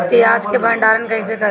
प्याज के भंडारन कईसे करी?